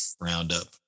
Roundup